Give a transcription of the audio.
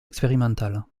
expérimentales